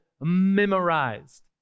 memorized